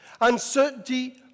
Uncertainty